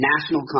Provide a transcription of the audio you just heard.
national